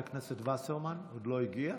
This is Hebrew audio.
חברת הכנסת וסרמן לא הגיעה?